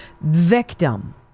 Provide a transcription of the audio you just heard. Victim